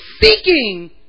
seeking